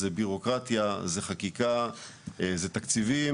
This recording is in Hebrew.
זה בירוקרטיה, זה חקיקה, זה תקציבים.